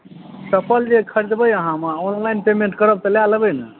चप्पल जे ख़रीदबै अहाँमे ऑनलाइन पेमेंट करब तऽ लए लेबै ने